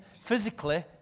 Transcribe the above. physically